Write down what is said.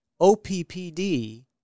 OPPD